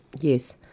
yes